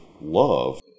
love